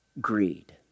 greed